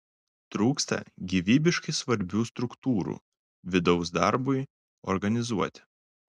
trūksta gyvybiškai svarbių struktūrų vidaus darbui organizuoti